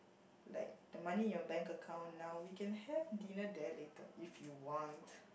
like the money in your bank account now we can have dinner there later if you want